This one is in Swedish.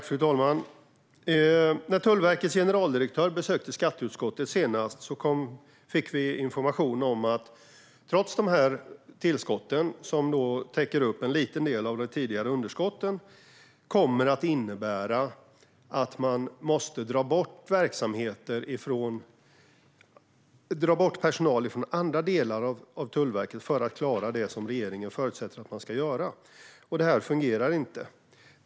Fru talman! När Tullverkets generaldirektör senast besökte skatteutskottet fick vi information om att man, trots de tillskott som täcker upp en liten del av de tidigare underskotten, måste dra bort personal från andra delar av Tullverket för att klara det som regeringen förutsätter att man ska göra. Detta fungerar inte.